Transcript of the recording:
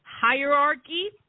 hierarchy